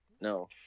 no